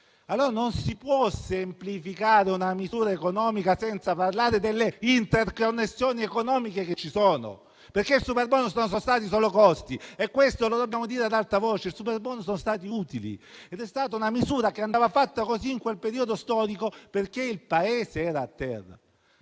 Non si può semplificare una misura economica senza parlare delle interconnessioni economiche che ci sono. I superbonus non sono stati solo costi. Dobbiamo dire ad alta voce che i superbonus sono stati utili. È stata una misura che andava fatta così, in quel periodo storico, perché il Paese era a terra.